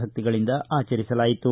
ಭಕ್ತಿಗಳಿಂದ ಆಚರಿಸಲಾಯಿತು